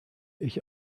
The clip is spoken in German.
ich